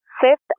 fifth